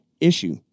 issue